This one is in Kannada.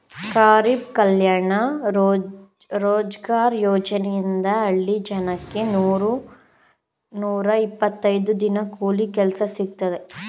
ಗರಿಬ್ ಕಲ್ಯಾಣ ರೋಜ್ಗಾರ್ ಯೋಜನೆಯಿಂದ ಹಳ್ಳಿ ಜನಕ್ಕೆ ನೂರ ಇಪ್ಪತ್ತೈದು ದಿನ ಕೂಲಿ ಕೆಲ್ಸ ಸಿಕ್ತಿದೆ